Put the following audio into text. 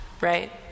right